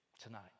tonight